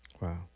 Wow